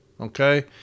Okay